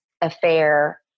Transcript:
affair